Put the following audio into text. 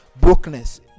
brokenness